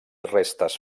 restes